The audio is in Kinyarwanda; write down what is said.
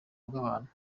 bw’abantu